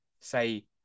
say